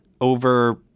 over